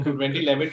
2011